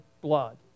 blood